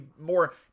more